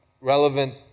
relevant